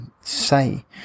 say